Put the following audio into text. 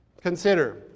Consider